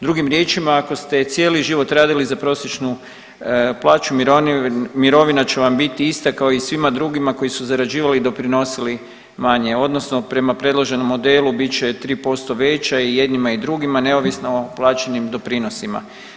Drugim riječima, ako ste cijeli život radili za prosječnu plaću, mirovina će vam biti ista kao i svima drugima koji su zarađivali i doprinosili manje, odnosno prema predloženom modelu bit će 3% veća i jednima i drugima neovisno o plaćenim doprinosima.